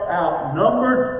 outnumbered